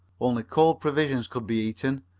only cold provisions could be eaten,